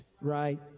right